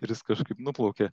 ir jis kažkaip nuplaukė